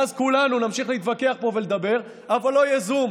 ואז כולנו נמשיך להתווכח פה ולדבר אבל לא יהיה זום,